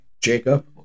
Jacob